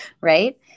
Right